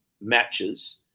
matches